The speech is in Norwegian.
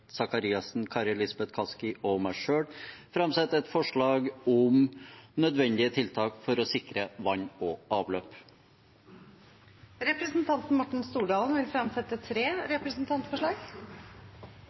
Sakariassen, Kari Elisabeth Kaski og meg selv framsette et forslag om nødvendige tiltak for å sikre vann og avløp. Representanten Morten Stordalen vil fremsette tre